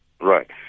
Right